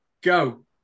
go